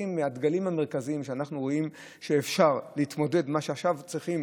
המרכזיים שאנחנו רואים שאיתם צריכים